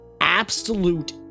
absolute